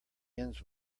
ends